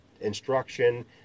instruction